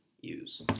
use